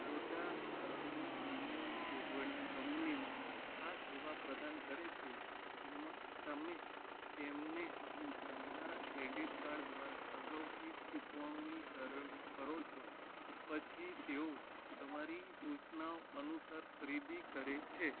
મોટાભાગની email forwarding કંપનીઓ આ સેવા પ્રદાન કરે છે જેમાં તમે તેમને તમારા ક્રેડિટ કાડ દ્વારા અગાઉથી ચૂકવણી કરઉ કરો છો પછી તેઓ તમારી સૂચનાઓ અનુસાર ખરીદી કરે છે